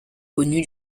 connu